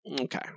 Okay